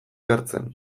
hartzen